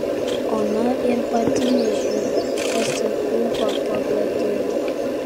ona ir pati nežino kas jai ūpą pagadino